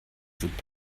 sind